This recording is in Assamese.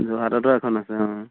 যোৰহাটটো এখন আছে অঁ